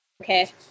Okay